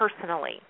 personally